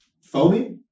Foamy